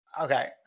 Okay